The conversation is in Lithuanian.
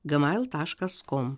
gmail taškas kom